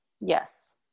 Yes